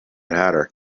hatter